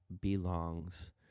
belongs